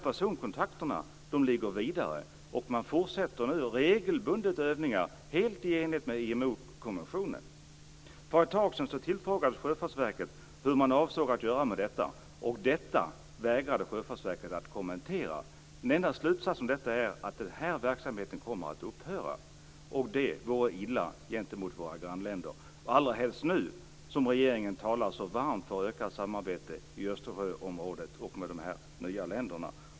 Personkontakterna går vidare. Man fortsätter regelbundet med övningar, helt i enlighet med IMO-konventionen. För ett tag sedan tillfrågades Sjöfartsverket hur man avsåg att göra med detta men det vägrade Sjöfartsverket att kommentera. Den enda slutsatsen av det är att den här verksamheten kommer att upphöra. Det vore illa gentemot våra grannländer, allrahelst som regeringen nu så varmt talar för ett ökat samarbete i Östersjöområdet och med de här nya länderna.